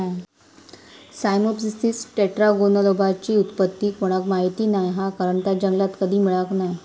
Cyamopsis टेट्रागोनोलोबाची उत्पत्ती कोणाक माहीत नाय हा कारण ता जंगलात कधी मिळाक नाय